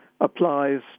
applies